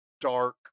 dark